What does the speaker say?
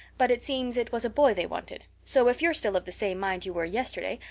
but it seems it was a boy they wanted. so if you're still of the same mind you were yesterday,